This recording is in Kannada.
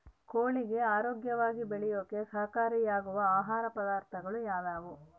ಕೋಳಿಗೆ ಆರೋಗ್ಯವಾಗಿ ಬೆಳೆಯಾಕ ಸಹಕಾರಿಯಾಗೋ ಆಹಾರ ಪದಾರ್ಥಗಳು ಯಾವುವು?